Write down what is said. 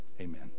Amen